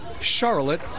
Charlotte